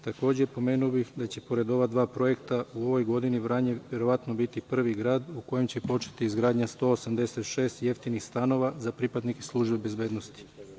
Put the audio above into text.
Takođe, pomenuo bih da će pored ova dva projekta u ovoj godini Vranje verovatno biti prvi grad u kojem će početi izgradnja 186 jeftinih stanova za pripadnike službi bezbednosti.